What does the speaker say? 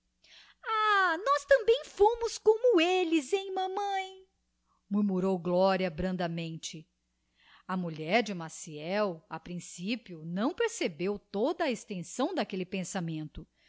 ah nós também fomos como elles hein mamãe murmurou gloria brandamente a mulher de maciel a principio não percebeu toda a extensão d'aquelle pensamento